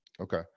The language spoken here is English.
Okay